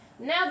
Now